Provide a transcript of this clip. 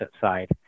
side